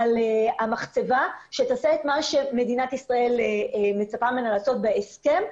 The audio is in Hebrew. על המחצבה שתעשה את מה שמדינת ישראל מצפה ממנה לעשות בהסכם,